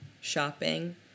shopping